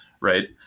right